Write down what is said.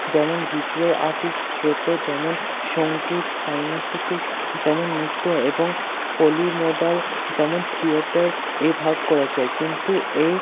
যেমন visual artist যেমন সঙ্গীত যেমন নৃত্য এবং পলিমোডাল যেমন থিয়েটার এই ভাগ করা যায় কিন্তু এই